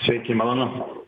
sveiki malonu